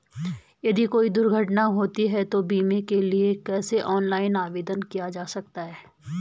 यदि कोई दुर्घटना होती है तो बीमे के लिए कैसे ऑनलाइन आवेदन किया जा सकता है?